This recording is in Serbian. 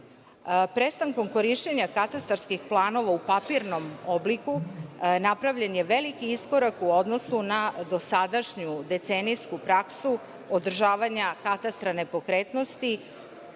Prestankom korišćenja katastarskih planova u papirnom obliku, napravljen je veliki iskorak u odnosu na dosadašnju decenijsku praksu, održavanja Katastra nepokretnosti